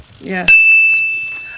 Yes